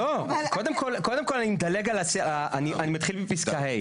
קודם כל אני מתחיל מפסקה ה'.